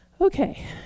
Okay